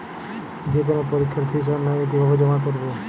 যে কোনো পরীক্ষার ফিস অনলাইনে কিভাবে জমা করব?